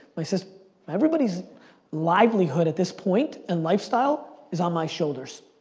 my sis everybody's livelihood at this point, and lifestyle, is on my shoulders.